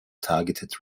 targeted